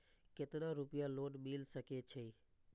केतना रूपया लोन मिल सके छै?